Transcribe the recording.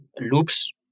loops